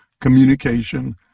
communication